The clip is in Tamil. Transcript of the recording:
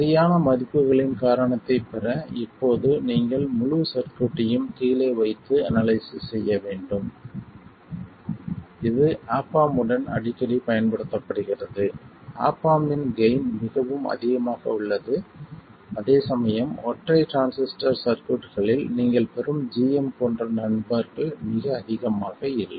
சரியான மதிப்புகளின் காரணத்தைப் பெற இப்போது நீங்கள் முழு சர்க்யூட்டையும் கீழே வைத்து அனாலிசிஸ் செய்ய வேண்டும் இது ஆப் ஆம்ப் உடன் அடிக்கடி பயன்படுத்தப்படுகிறது ஆப் ஆம்ப் இன் கெய்ன் மிகவும் அதிகமாக உள்ளது அதேசமயம் ஒற்றை டிரான்சிஸ்டர் சர்க்யூட்களில் நீங்கள் பெறும் gm போன்ற நம்பர்கள் மிக அதிகமாக இல்லை